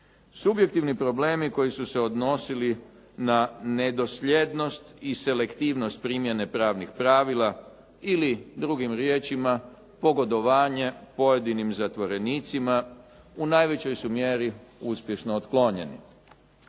Subjektivni problemi koji su se odnosili na nedosljednost i selektivnost primjene pravnih pravila ili drugim riječima, pogodovanje pojedinim zatvorenicima u najvećoj su mjeri uspješno otklonjeni.